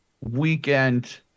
weekend